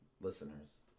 listeners